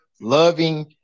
loving